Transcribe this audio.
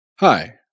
Hi